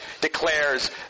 declares